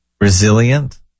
resilient